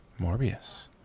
Morbius